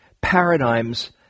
paradigms